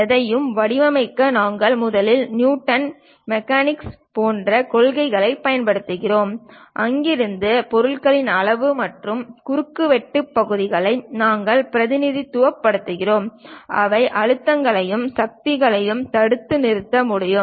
எதையும் வடிவமைக்க நாங்கள் முதலில் நியூட்டன் மெக்கானிக்ஸ் போன்ற கொள்கைகளைப் பயன்படுத்துகிறோம் அங்கிருந்து பொருளின் அளவு மற்றும் குறுக்குவெட்டு பகுதிகளை நாங்கள் பிரதிநிதித்துவப்படுத்துகிறோம் அவை அழுத்தங்களையும் சக்திகளையும் தடுத்து நிறுத்த முடியும்